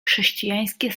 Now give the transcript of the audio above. chrześcijańskie